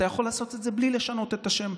אתה יכול לעשות את זה בלי לשנות את השם.